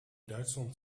duitsland